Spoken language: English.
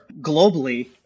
Globally